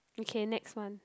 okay next one